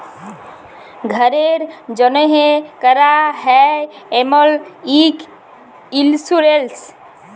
ঘ্যরের জ্যনহে ক্যরা হ্যয় এমল ইক ইলসুরেলস